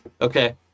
Okay